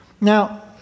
Now